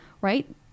right